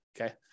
Okay